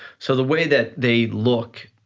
so the way that they look